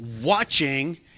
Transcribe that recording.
watching